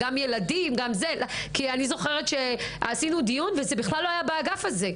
כי אני זוכרת שעשינו דיון וזה בכלל לא היה באגף הזה.